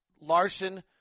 Larson